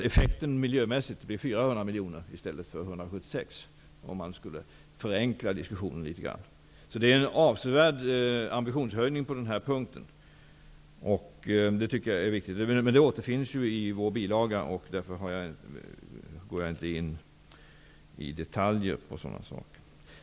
Effekten miljömässigt blir 400 miljoner i stället för 176 miljoner, om man förenklar diskussionen litet grand. Så det är en avsevärd ambitionshöjning på den här punkten, och det tycker jag är viktigt. Men detta återfinns i vår bilaga till budgetpropositionen, och därför går jag inte in i detalj på sådana saker.